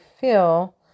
feel